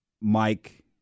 Mike